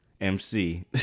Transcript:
MC